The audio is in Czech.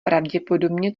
pravděpodobně